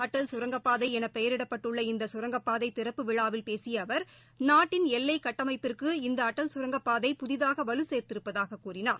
அடல் கரங்கப்பாதைஎனபெயரிடப்பட்டுள்ள இந்தகரங்கப்பாதைதிறப்பு விழாவில் பேசியஅவர் நாட்டின் எல்லைட்டமைப்பிற்கு இந்தஅடல் கரங்கப்பாதை புதிதாகவலுசேர்த்திருப்பதாககூறினார்